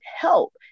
help